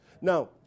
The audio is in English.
Now